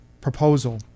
proposal